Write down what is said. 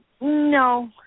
No